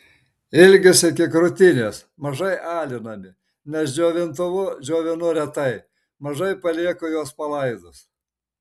ilgis iki krūtinės mažai alinami nes džiovintuvu džiovinu retai mažai palieku juos palaidus